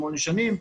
שמונה שנים,